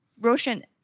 Roshan